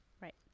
Right